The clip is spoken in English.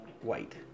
white